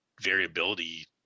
variability